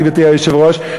גברתי היושבת-ראש,